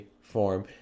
form